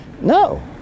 No